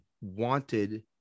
wanted